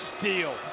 steal